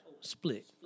Split